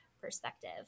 perspective